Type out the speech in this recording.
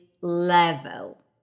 level